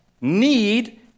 need